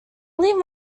leave